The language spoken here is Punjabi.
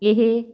ਇਹ